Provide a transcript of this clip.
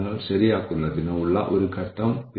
അതിനാൽ ഈ കാര്യങ്ങളുടെയെല്ലാം ഒരു ലിസ്റ്റ് നിങ്ങൾ ഉണ്ടാക്കും